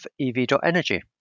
EV.energy